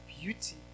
beauty